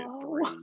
three